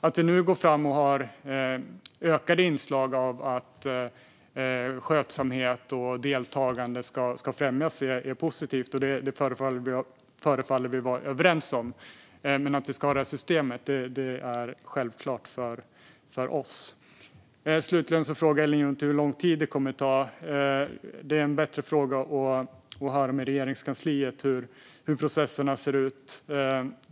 Att vi nu går fram med att ökade inslag av skötsamhet och deltagande ska främjas är positivt, och det förefaller vi vara överens om. Men att vi ska ha detta system är självklart för oss. Slutligen frågar Ellen Juntti hur lång tid det kommer att ta. Det är bättre att höra med Regeringskansliet hur processerna ser ut.